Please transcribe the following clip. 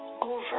over